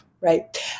right